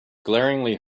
glaringly